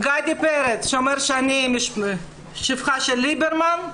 גדי פרץ שאומר שאני שפחה של ליברמן,